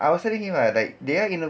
I was telling him ah like they are gonna